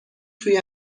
توی